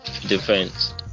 defense